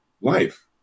life